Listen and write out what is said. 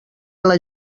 ela